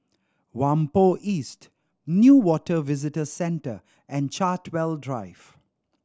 Whampoa West Newater Visitor Centre and Chartwell Drive